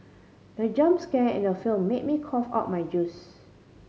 the jump scare in the film made me cough out my juice